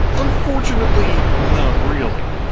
unfortunately, not really.